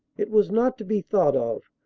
it was not to be thought of,